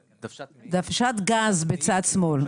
דוושת גז בצד שמאל.